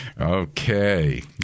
Okay